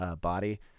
body